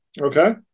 Okay